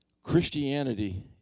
Christianity